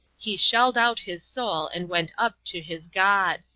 he shelled out his soul and went up to his god.